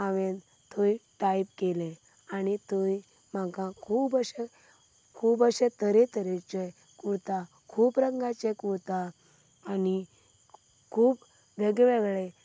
हांवें थंय टायप केलें आनी थंय म्हाका खूब अशें खूब अशें तरेतरेचे कुर्ता खूब रंगाचे कुर्ता आनी खूब वेगवेगळे